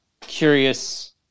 curious